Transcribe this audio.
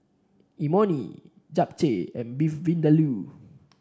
Imoni Japchae and Beef Vindaloo